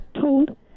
told